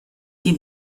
dem